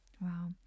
Wow